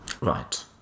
right